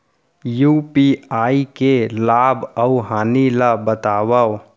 UPI के लाभ अऊ हानि ला बतावव